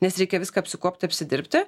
nes reikia viską apsikuopti apsidirbti